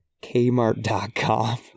kmart.com